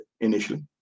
initially